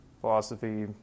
philosophy